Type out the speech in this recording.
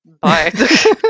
Bye